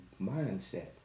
mindset